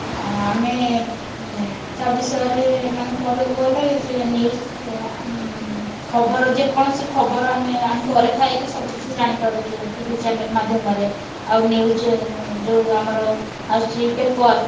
ଆମେ ତା ବିଷୟରେ ମାନେ କହିବାକୁ ଗଲେ ଯେ ନ୍ୟୁଜ୍ ଖବର ଯେକୌଣସି ଖବର ଆମେ ଆମ ଘରେ ଥାଇକି ସବୁକିଛି ଜାଣିପାରୁଛ ଟି ଭି ଚ୍ୟାନେଲ୍ ମାଧ୍ୟମରେ ଆଉ ନ୍ୟୁଜ୍ ଯେଉଁ ଆମର ଆସୁଛି ପେପର୍